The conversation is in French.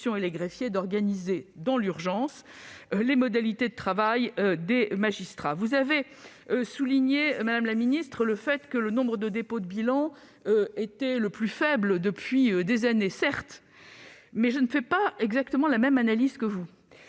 et les greffes d'organiser dans l'urgence les modalités de travail des magistrats [...].» Madame la ministre, vous avez indiqué que le nombre de dépôts de bilan était le plus faible depuis des années. Certes, mais je ne fais pas exactement la même analyse que vous.